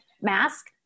mask